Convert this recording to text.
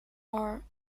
are